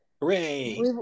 hooray